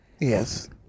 Yes